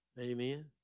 amen